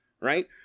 right